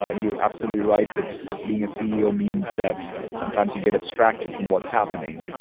ah you're absolutely right that being a ceo means that sometimes you get abstracted from what's happening.